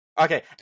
Okay